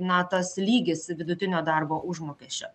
na tas lygis vidutinio darbo užmokesčio